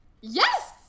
Yes